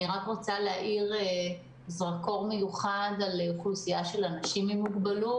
אני רק רוצה להאיר זרקור מיוחד על אוכלוסייה של אנשים עם מוגבלות